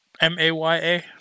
M-A-Y-A